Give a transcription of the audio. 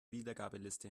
wiedergabeliste